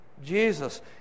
Jesus